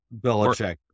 Belichick